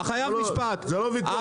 לא, לא, זה לא ויכוח בינינו.